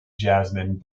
jasmine